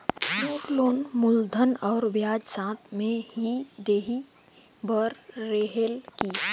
मोर loan मूलधन और ब्याज साथ मे ही देहे बार रेहेल की?